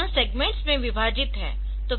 यह सेग्मेंट्स में विभाजित है